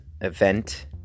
event